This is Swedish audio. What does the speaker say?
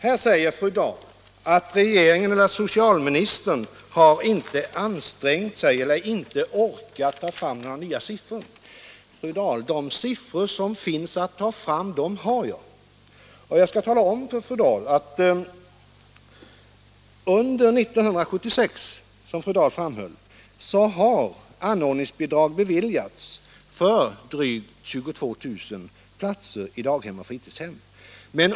Här säger fru Dahl att regeringen eller socialministern inte har ansträngt sig för att ta fram några nya siffror eller inte har orkat göra det. Men de siffror som finns att ta fram har jag redan, och jag skall tala om för fru Dahl att under år 1976, som fru Dahl framhöll, har anordningsbidrag beviljats för drygt 22 000 platser i daghem och fritidshem.